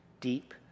deep